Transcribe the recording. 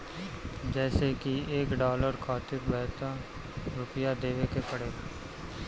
जइसे की एक डालर खातिर बहत्तर रूपया देवे के पड़ेला